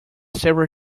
several